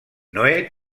noè